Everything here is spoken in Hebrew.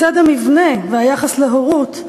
מצד המבנה והיחס להורות,